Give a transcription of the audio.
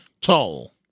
toll